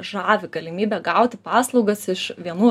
žavi galimybe gauti paslaugas iš vienų